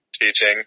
teaching